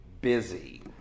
busy